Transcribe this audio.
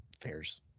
fairs